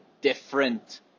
different